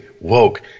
woke